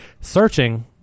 Searching